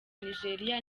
nigeria